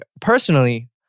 Personally